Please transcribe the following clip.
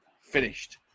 Finished